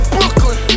Brooklyn